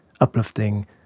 uplifting